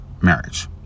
marriage